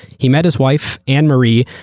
he met his wife, anne marie,